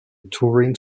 touring